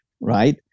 Right